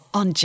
on